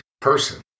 person